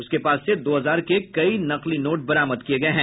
उसके पास से दो हजार के कई नकली नोट बरामद किये गए हैं